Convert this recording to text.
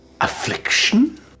affliction